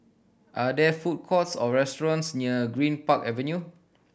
are there food courts or restaurants near Greenpark Avenue